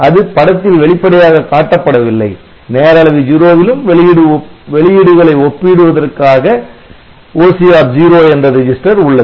அது படத்தில் வெளிப்படையாக காட்டப்படவில்லை நேர அளவி 0 விலும் வெளியீடுகளை ஒப்பிடுவதற்காக OCR0 என்ற ரெஜிஸ்டர் உள்ளது